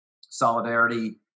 solidarity